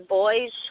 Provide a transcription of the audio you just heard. boys